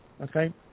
Okay